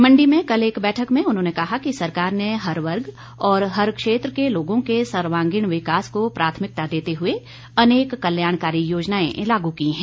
मंडी में कल एक बैठक में उन्होंने कहा कि सरकार ने हर वर्ग और हर क्षेत्र के लोगों के सर्वांगीण विकास को प्राथमिकता देते हुए अनेक कल्याणकारी योजनाएं लागू की हैं